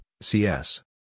CS